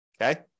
Okay